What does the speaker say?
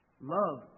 love